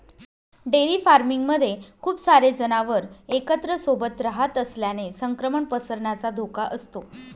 dairy farming मध्ये खूप सारे जनावर एक सोबत रहात असल्याने संक्रमण पसरण्याचा धोका असतो